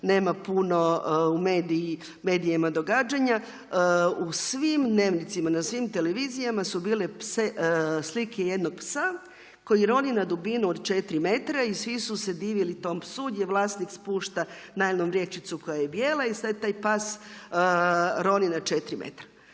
nema puno u medijima događanja u svim dnevnicima, na svim televizijama su bile slike jednog psa koji roni na dubinu od četiri metra i svi su se divili tom psu gdje vlasnik spušta najlon vrećicu koja je bijela. I sad taj pas roni na četiri metra.